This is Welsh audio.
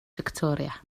fictoria